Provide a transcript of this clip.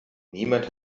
niemand